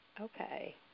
Okay